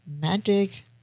magic